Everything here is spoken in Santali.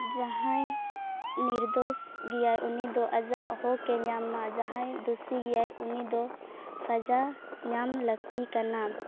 ᱡᱟᱦᱟᱸᱭ ᱱᱤᱨᱫᱳᱥ ᱜᱮᱭᱟᱭ ᱩᱱᱤ ᱫᱚ ᱟᱡᱟᱜ ᱦᱚᱠ ᱮ ᱧᱟᱢ ᱢᱟ ᱡᱟᱦᱟᱸᱭ ᱫᱩᱥᱤᱜᱮᱭᱟᱭ ᱩᱱᱤ ᱫᱚ ᱥᱟᱡᱟᱣ ᱧᱟᱢ ᱞᱟᱹᱠᱛᱤ ᱠᱟᱱᱟ